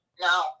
No